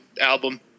album